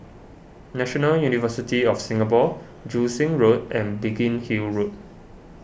National University of Singapore Joo Seng Road and Biggin Hill Road